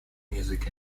music